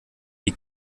wie